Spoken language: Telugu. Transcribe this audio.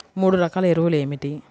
మూడు రకాల ఎరువులు ఏమిటి?